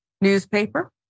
newspaper